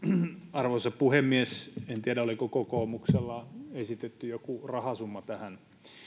arvoisa puhemies en tiedä oliko kokoomuksella esitetty joku rahasumma tähän